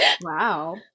Wow